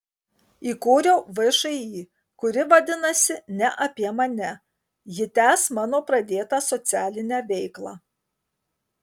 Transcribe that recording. įkūriau všį kuri vadinasi ne apie mane ji tęs mano pradėtą socialinę veiklą